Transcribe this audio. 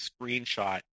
screenshot